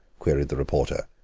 queried the reporter,